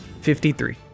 Fifty-three